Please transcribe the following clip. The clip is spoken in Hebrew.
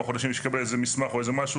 חודשים כדי לקבל איזה שהוא מסמך או משהו.